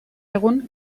egun